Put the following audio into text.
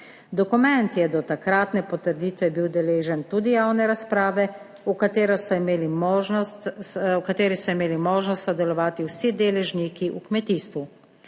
Dokument je do takratne potrditve bil deležen tudi javne razprave, v kateri so imeli možnost sodelovati vsi deležniki v kmetijstvu.